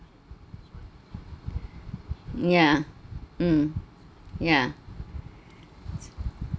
ya mm ya